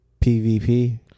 PvP